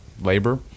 labor